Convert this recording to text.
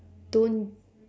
don't